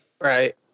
right